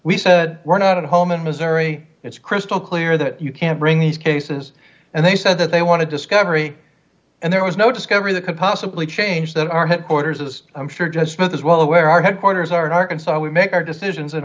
we said we're not at home in missouri it's crystal clear that you can't bring these cases and they said that they want to discovery and there was no discovery that could possibly change that our headquarters as i'm sure just means is well aware our headquarters are dark and so we make our decisions in